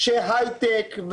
שהיי-טק,